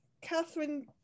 Catherine